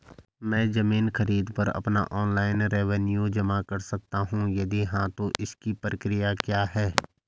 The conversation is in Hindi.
मैं ज़मीन खरीद पर अपना ऑनलाइन रेवन्यू जमा कर सकता हूँ यदि हाँ तो इसकी प्रक्रिया क्या है?